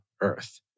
earth